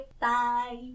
Bye